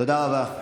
תודה רבה.